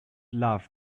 love